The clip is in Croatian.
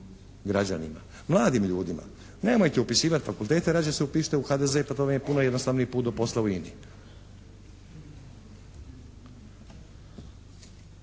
građanima, mladim ljudima? Nemojte upisivati fakultete, rađe se upišite u HDZ, pa to vam je puno jednostavniji put do posla u INA-i.